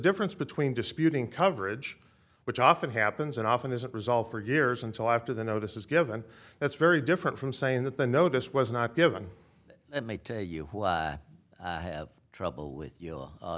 difference between disputing coverage which often happens and often isn't resolved for years until after the notice is given that's very different from saying that the know this was not given and made to you who have trouble with